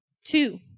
Two